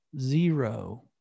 zero